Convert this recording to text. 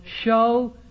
show